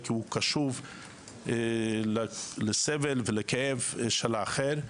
כי הוא קשוב לסבל ולכאב של האחר,